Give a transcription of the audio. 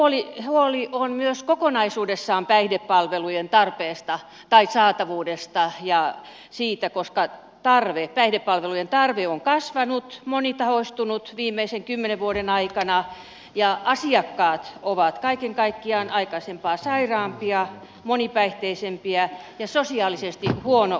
mutta huoli on myös kokonaisuudessaan päihdepalvelujen saatavuudesta koska päihdepalvelujen tarve on kasvanut ja monitahoistunut viimeisen kymmenen vuoden aikana ja asiakkaat ovat kaiken kaikkiaan aikaisempaa sairaampia monipäihteisempiä ja sosiaalisesti huono osaisempia